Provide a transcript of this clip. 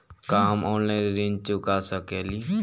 का हम ऑनलाइन ऋण चुका सके ली?